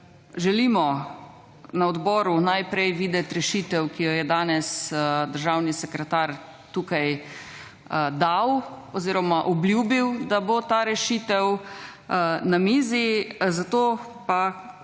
želimo na odboru najprej videti rešitev, ki jo je danes državni sekretar tukaj dal oziroma obljubil, da bo ta rešitev na mizi. Zato pa,